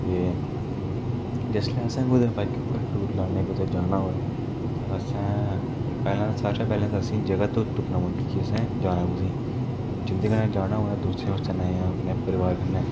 ते जिसलै असें कूदै बाइकें उप्पर टूर लाने कूदै जाना होऐ ते असें सारें शा पैह्लें ते असें गी जगह् तुप्पना पौंदी की असें जाना कु'त्थें ई हून जिं'दे कन्नै जाना होऐ अपने दोस्तें सोस्तें कन्नै जां अपने परिवार कन्नै